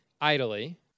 idly